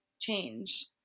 change